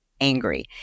angry